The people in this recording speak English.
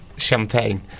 champagne